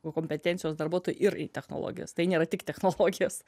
kompetencijos darbuotojai ir į technologijos tai nėra tik technologijos